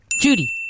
judy